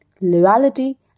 loyalty